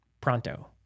pronto